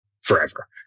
forever